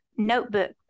notebook